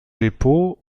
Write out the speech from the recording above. depot